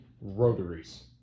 rotaries